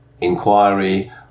inquiry